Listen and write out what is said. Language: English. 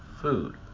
food